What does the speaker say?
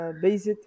Based